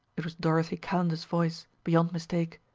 it was dorothy calendar's voice, beyond mistake.